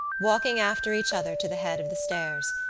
walking after each other to the head of the stairs,